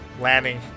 landing